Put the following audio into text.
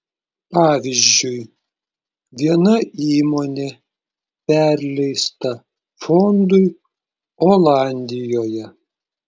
pavyzdžiui viena įmonė perleista fondui olandijoje